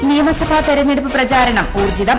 ഡൽഹി നിയമസഭാ തെരഞ്ഞെടുപ്പ് പ്രച്ചാരണം ഊർജ്ജിതം